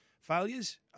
failures